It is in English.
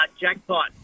jackpot